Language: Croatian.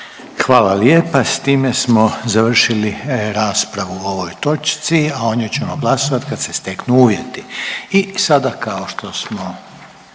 Hvala lijepa. S time smo završili raspravu o ovoj točci, a o njoj ćemo glasovati kad se steknu uvjeti.